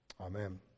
Amen